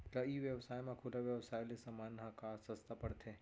का ई व्यवसाय म खुला व्यवसाय ले समान ह का सस्ता पढ़थे?